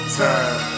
time